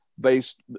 based